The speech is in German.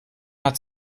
hat